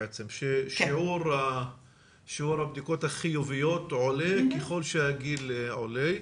ששיעור הבדיקות החיוביות עולה ככל שהגיל עולה,